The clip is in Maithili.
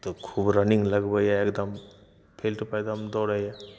तऽ खूब रनिङ्ग लगबैए एगदम बेल्ट उपरकामे दौड़ैए